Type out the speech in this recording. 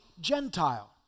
Gentile